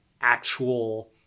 actual